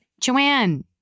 Joanne